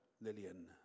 Lillian